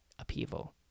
upheaval